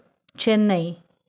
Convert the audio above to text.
Chennai